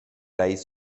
رییس